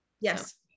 Yes